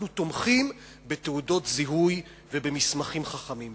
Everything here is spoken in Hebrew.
אנחנו תומכים בתעודות זיהוי ובמסמכים חכמים.